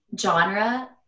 genre